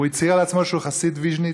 הוא הצהיר על עצמו שהוא חסיד ויז'ניץ,